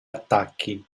attacchi